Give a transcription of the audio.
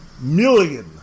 million